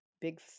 big